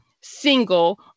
single